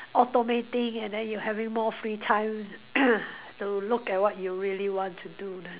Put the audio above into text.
automating and then you having more free time to look at what you really want to do